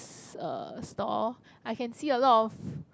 s~ uh store I can see a lot of